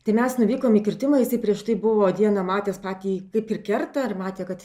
tai mes nuvykom į kirtimą jisai prieš tai buvo dieną matęs patį kaip ir kerta ar matė kad